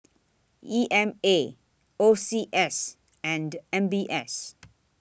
E M A O C S and M B S